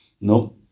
No